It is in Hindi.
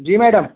जी मैडम